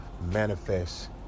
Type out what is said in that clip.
manifest